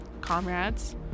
comrades